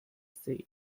sea